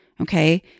Okay